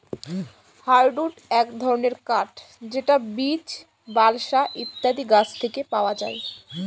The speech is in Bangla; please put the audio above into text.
হার্ডউড এক ধরনের কাঠ যেটা বীচ, বালসা ইত্যাদি গাছ থেকে পাওয়া যায়